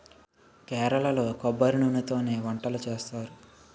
కేరళలో కొబ్బరి నూనెతోనే వంటలు చేస్తారు